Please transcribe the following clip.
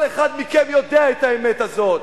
כל אחד מכם יודע את האמת הזאת.